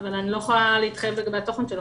אבל לא יכולה להתחייב לגבי התוכן שלו,